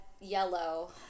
yellow